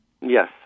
Yes